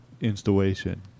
installation